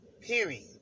Period